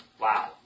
wow